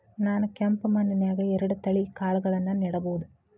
ನಾನ್ ಕೆಂಪ್ ಮಣ್ಣನ್ಯಾಗ್ ಎರಡ್ ತಳಿ ಕಾಳ್ಗಳನ್ನು ನೆಡಬೋದ?